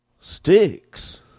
Sticks